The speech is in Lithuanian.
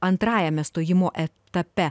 antrajame stojimo etape